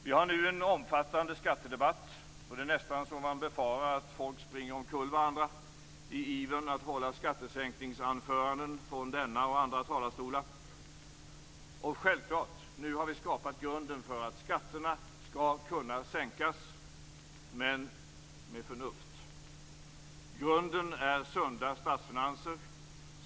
Vi har nu en omfattande skattedebatt. Det är nästan så att man befarar att folk springer omkull varandra i ivern att hålla skattesänkningsanföranden från denna och andra talarstolar. Och självklart: Vi har nu skapat grunden för att skatterna skall kunna sänkas - men med förnuft. Grunden är sunda statsfinanser.